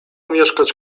mieszkać